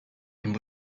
and